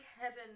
heaven